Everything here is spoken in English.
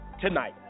tonight